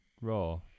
Raw